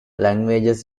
languages